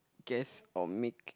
guess or make